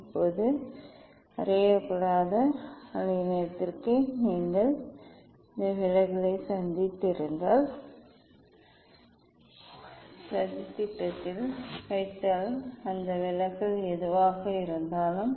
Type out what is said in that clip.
இப்போது அறியப்படாத அலைநீளத்திற்கு நீங்கள் இந்த விலகலை சதித்திட்டத்தில் வைத்தால் அந்த விலகல் எதுவாக இருந்தாலும்